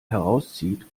herauszieht